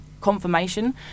confirmation